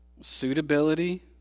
Suitability